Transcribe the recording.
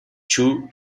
two